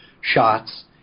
shots